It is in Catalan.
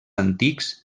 antics